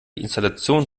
installation